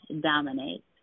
dominate